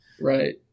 Right